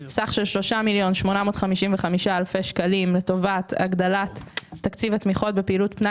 סך של 3,855,000 שקלים לטובת הגדלת תקציב התמיכות בפעילות פנאי